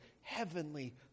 Heavenly